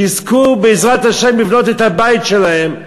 שיזכו בעזרת השם לבנות את הבית שלהן,